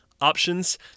options